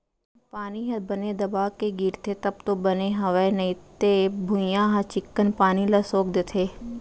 पानी ह बने दबा के गिरथे तब तो बने हवय नइते भुइयॉं ह चिक्कन पानी ल सोख देथे